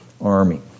army